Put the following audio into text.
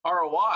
ROI